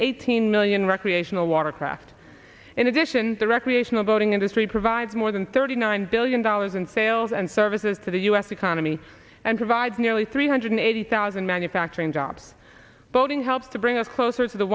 eighteen million recreational watercraft in addition the recreational boating industry provides more than thirty nine billion dollars in sales and services to the u s economy and provides nearly three hundred eighty thousand manufacturing jobs boating helped to bring us closer to the